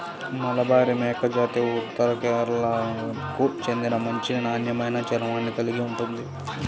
మలబారి మేకజాతి ఉత్తర కేరళకు చెందిన మంచి నాణ్యమైన చర్మాన్ని కలిగి ఉంటుంది